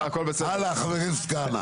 49, הלאה, חבר הכנסת כהנא.